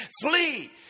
flee